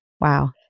Wow